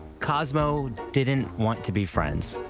cosmo didn't want to be friends.